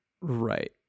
right